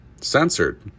censored